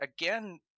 again